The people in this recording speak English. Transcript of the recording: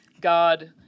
God